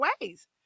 ways